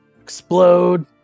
explode